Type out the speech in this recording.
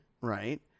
right